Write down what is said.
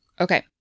Okay